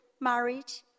marriage